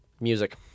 Music